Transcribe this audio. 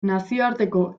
nazioarteko